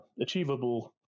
achievable